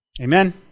Amen